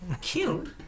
killed